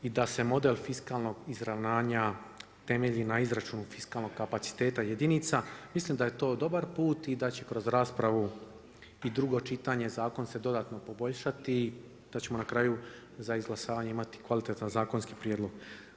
I da se model fiskalnog izravnanja temelji na izračunu fiskalnog kapaciteta jedinica, mislim da je to dobar put i da će kroz raspravu i drugo čitanje, zakon se dodatno poboljšati, da ćemo na kraju za izglasavanje imati kvalitetan zakonski prijedlog.